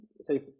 say